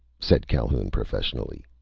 said calhoun professionally.